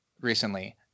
recently